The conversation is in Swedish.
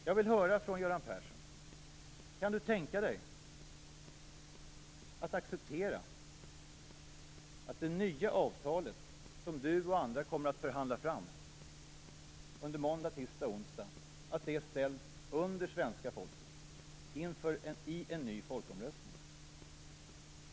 Jag vill höra om Göran Persson kan tänka sig att acceptera att det nya avtal som han och andra kommer att förhandla fram under måndag, tisdag och onsdag ställs under svenska folket i en ny folkomröstning.